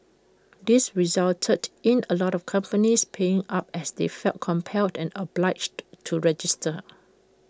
this resulted in A lot of companies paying up as they felt compelled and obliged to register